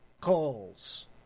calls